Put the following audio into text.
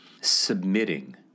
submitting